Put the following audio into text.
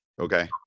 Okay